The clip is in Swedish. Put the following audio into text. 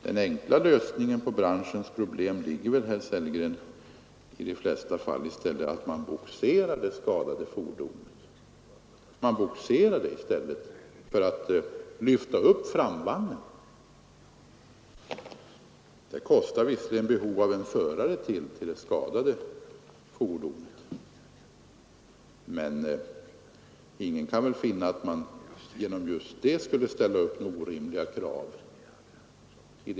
Den enkla lösningen på branschens problem ligger väl, herr Sellgren, i de flesta fall i att man bogserar det skadade fordonet i stället för att lyfta upp framvagnen. Det kostar visserligen en extra förare till det skadade fordonet, men ingen kan väl finna att man därigenom skulle ställa upp orimliga krav.